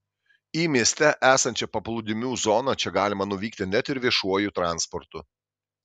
į mieste esančią paplūdimių zoną čia galima nuvykti net ir viešuoju transportu